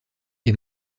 est